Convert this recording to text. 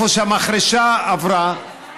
איפה שהמחרשה עברה,